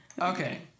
Okay